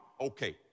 Okay